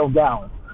gallons